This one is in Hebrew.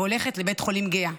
והולכת לבית החולים גהה,